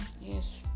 Yes